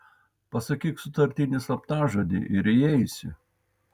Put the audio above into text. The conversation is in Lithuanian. pasakyk sutartinį slaptažodį ir įeisi